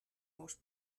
most